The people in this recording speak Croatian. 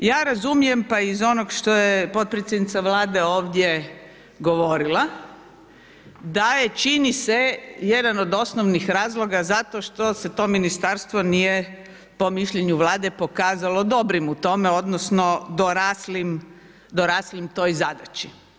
Ja razumijem pa i iz onog što je potpredsjednica Vlade ovdje govorila, da je čini se jedan od osnovnih razloga zato što se to ministarstvo nije po mišljenju Vlade pokazalo dobrim u tome, odnosno doraslim toj zadaći.